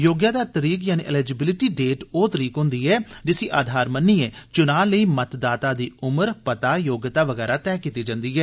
योग्यता तरीक यानि एलीजिबिलिटी डेट ओह् तरीक होंदी ऐ जिसी आधार मन्निए चुना लेई मतदाता दी उमर पता योग्यता वगैरा तैह कीती जंदी ऐ